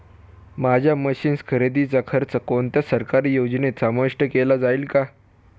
माझ्या मशीन्स खरेदीचा खर्च कोणत्या सरकारी योजनेत समाविष्ट केला जाईल का?